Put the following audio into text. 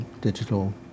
digital